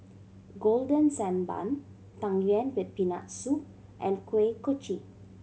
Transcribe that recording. Golden Sand Bun Tang Yuen with Peanut Soup and Kuih Kochi